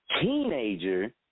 teenager